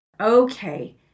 Okay